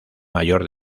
mayor